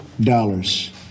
dollars